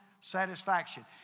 satisfaction